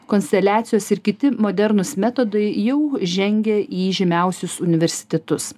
konsteliacijos ir kiti modernūs metodai jau žengia į žymiausius universitetus